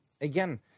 Again